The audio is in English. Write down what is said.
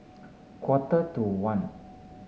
quarter to one